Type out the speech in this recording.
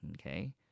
Okay